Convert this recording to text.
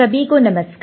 सभी को नमस्कार